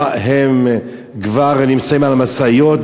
הם כבר נמצאים על המשאיות,